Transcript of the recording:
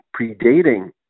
predating